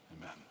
Amen